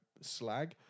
slag